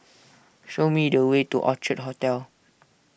show me the way to Orchard Hotel